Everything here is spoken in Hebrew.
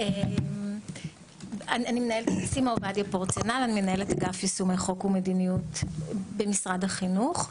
אני מנהלת יישומי חוק ומדיניות במשרד החינוך.